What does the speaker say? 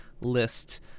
list